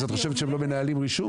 את חושבת שהם לא מנהלים רישום?